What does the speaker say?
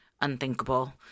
unthinkable